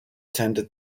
tended